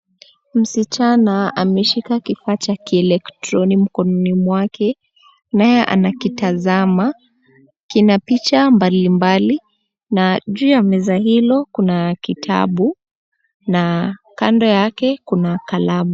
Msichana ameshika kifaa cha elektroni mkononi mwake, naye anakitazama. Kina picha mbalimbali na juu ya meza hilo kuna kitabu na kando yake kuna kalamu.